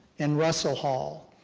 and russell hall,